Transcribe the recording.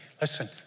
Listen